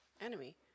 Enemy